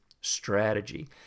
strategy